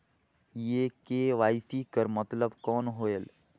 ये के.वाई.सी कर मतलब कौन होएल?